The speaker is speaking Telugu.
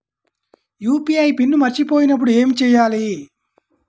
యూ.పీ.ఐ పిన్ మరచిపోయినప్పుడు ఏమి చేయాలి?